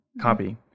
copy